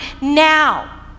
now